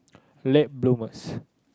late bloomers